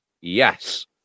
Yes